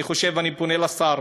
אני פונה לשר,